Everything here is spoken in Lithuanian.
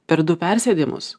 per du persėdimus